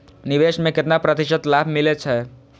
निवेश में केतना प्रतिशत लाभ मिले छै?